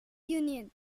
union